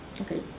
Okay